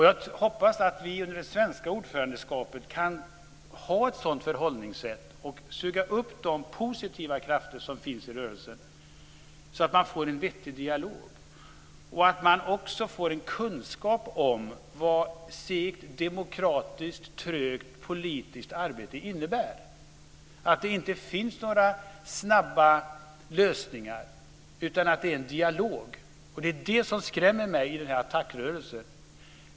Jag hoppas att vi under det svenska ordförandeskapet kan ha ett sådant förhållningssätt och suga upp de positiva krafter som finns i rörelsen, så att man får en vettig dialog och en kunskap om vad segt och trögt demokratiskt politiskt arbete innebär. Det finns inga snabba lösningar, utan det är en dialog. Det är det som skrämmer mig i denna ATTAC-rörelse.